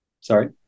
Sorry